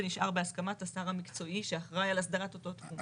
נשאר בהסכמת השר המקצועי שאחראי על הסדרת אותו תחום.